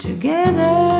Together